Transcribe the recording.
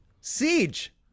Siege